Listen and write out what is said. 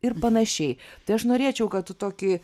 ir panašiai tai aš norėčiau kad tu tokį